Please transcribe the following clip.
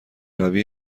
روی